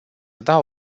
dau